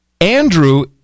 Andrew